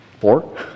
Four